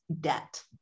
debt